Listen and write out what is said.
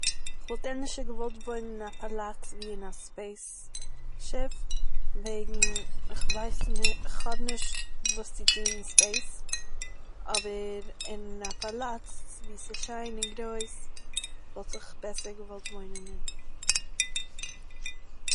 כ'וואלט ענדערשער געוואלט וואוינען אין א פאלאץ ווי אין א ספעיס וועגן, איך ווייס נישט- איך האב נישט וואס צו טוהן אין ספעיס, אבער אין א פאלאץ וואו ס'שיין און גרויס וואלט איך בעסער געוואלט וואוינען אין